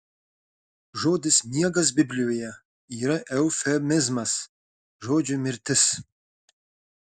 žodis miegas biblijoje yra eufemizmas žodžiui mirtis